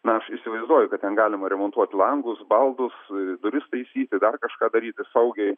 na aš įsivaizduoju kad ten galima remontuot langus baldus duris taisyti dar kažką daryti saugiai